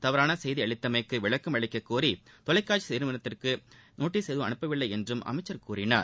தவறான செய்தி அளித்தமைக்கு விளக்கம் அளிக்க கோரி கூறி தொலைக்காட்சி செய்தி நிறுவனத்திற்கு நோட்டீஸ் எதுவும் அனுப்பவில்லை என்றும் அமைச்சர் தெரிவித்தார்